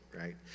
right